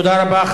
תודה רבה.